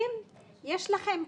יש לכם תכשיטים?